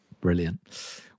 Brilliant